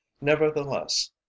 nevertheless